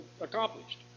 accomplished